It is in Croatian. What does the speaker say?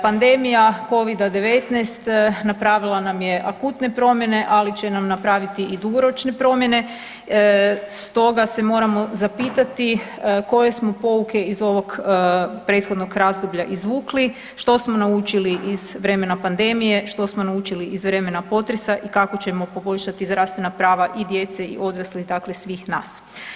Pandemija covida-19 napravila nam je akutne promjene, ali će nam napraviti i dugoročne promjene stoga se moramo zapitati koje smo pouke iz ovog prethodnog razdoblja izvukli, što smo naučili iz vremena pandemije, što smo naučili iz vremena potresa i kako ćemo poboljšati zdravstvena prava i djece i odraslih dakle svih nas.